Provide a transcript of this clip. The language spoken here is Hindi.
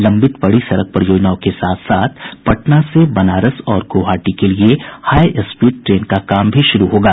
लम्बित पड़ी सड़क परियोजनाओं के साथ साथ पटना से बनारस और गुवाहाटी के लिए हाई स्पीड ट्रेन का काम भी शुरू होगा